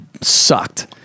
sucked